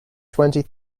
twenty